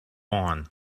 born